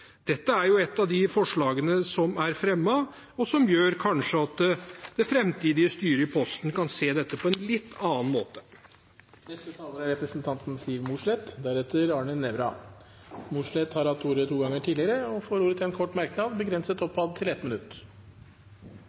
Dette er et av de forslagene som er fremmet, og som kanskje gjør at det framtidige styret i Posten kan se dette på en litt annen måte. Representanten Siv Mossleth har hatt ordet to ganger tidligere og får ordet til en kort merknad, begrenset til 1 minutt.